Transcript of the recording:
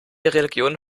religion